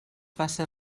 faça